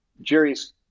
Jerry's